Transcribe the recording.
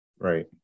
Right